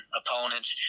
opponents